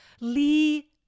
Lee